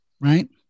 right